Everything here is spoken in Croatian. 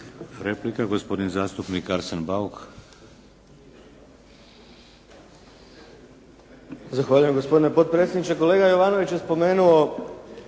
Replika, gospodin zastupnik Arsen Bauk. **Bauk, Arsen (SDP)** Zahvaljujem gospodine potpredsjedniče. Kolega Jovanović je spomenuo